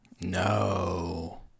No